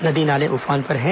नदी नाले उफान पर हैं